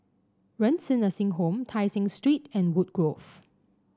Renci Nursing Home Tai Seng Street and Woodgrove